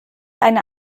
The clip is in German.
eine